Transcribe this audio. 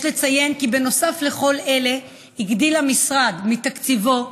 יש לציין כי נוסף לכל אלה הגדיל המשרד מתקציבו,